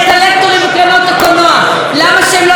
למה שהם לא יבואו ויהיו גם